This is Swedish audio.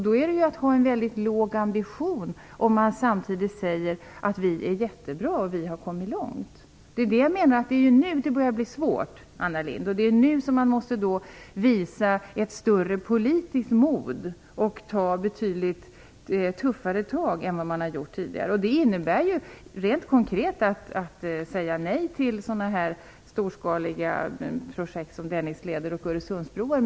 Det är att ha en låg ambition, om man samtidigt säger att vi är jättebra och att vi har kommit långt. Jag menar att det är nu som det börjar bli svårt, Anna Lindh, och det är nu man måste visa ett större politiskt mod och ta betydligt tuffare tag än tidigare. Det innebär ju rent konkret att man måste säga nej till storskaliga projekt som Dennisleden och Öresundsbron.